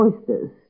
oysters